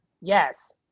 Yes